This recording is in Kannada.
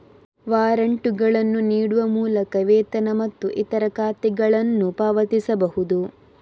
ವಾರಂಟುಗಳನ್ನು ನೀಡುವ ಮೂಲಕ ವೇತನ ಮತ್ತು ಇತರ ಖಾತೆಗಳನ್ನು ಪಾವತಿಸಬಹುದು